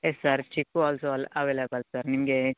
S sir ಚಿಕ್ಕು also all available sir ನಿಮಗೆ